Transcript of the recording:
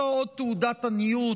זאת תעודת עניות